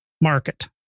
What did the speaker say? market